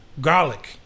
Garlic